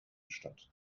statt